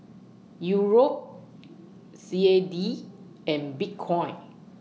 Euro C A D and Bitcoin